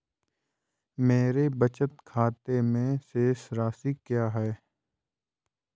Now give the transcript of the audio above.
मेरे बचत खाते में शेष राशि क्या है?